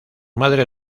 madre